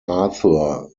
arthur